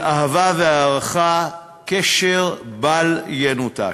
של אהבה והערכה, קשר בל ינותק.